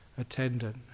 attendant